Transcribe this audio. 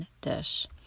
dish